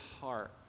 heart